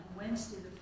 Wednesday